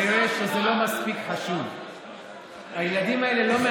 לא קרה כלום.